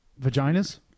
vaginas